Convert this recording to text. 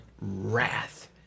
wrath